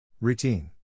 Routine